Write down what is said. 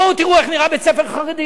תבואו תראו איך נראה בית-ספר חרדי,